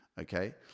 okay